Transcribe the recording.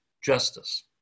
justice